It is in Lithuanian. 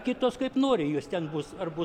kitos kaip nori jos ten bus ar bus